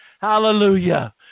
Hallelujah